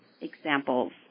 examples